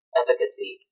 efficacy